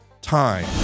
time